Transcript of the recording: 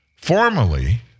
Formally